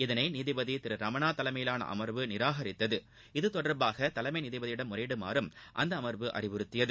இதனை நீதிபதி திரு ரமணா தலைமையிலான அமர்வு நிராகரித்தது இத்தொடர்பாக தலைமை நீதிபதியிடம் முறையிடுமாறும் அந்த அமர்வு அறிவுறத்தியது